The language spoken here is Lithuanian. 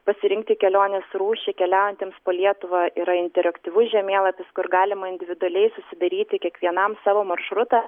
pasirinkti kelionės rūšį keliaujantiems po lietuvą yra interaktyvus žemėlapis kur galima individualiai susidaryti kiekvienam savo maršrutą